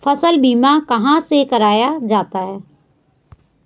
फसल बीमा कहाँ से कराया जाता है?